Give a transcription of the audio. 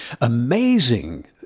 amazing